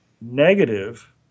negative